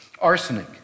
arsenic